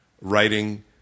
writing